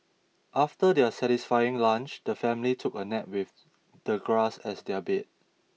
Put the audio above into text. after their satisfying lunch the family took a nap with the grass as their bed